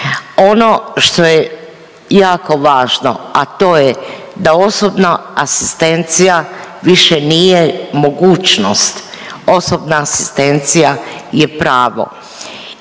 Ono što je jako važno, a to je da osobna asistencija više nije mogućnost, osobna asistencija je pravo